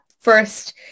first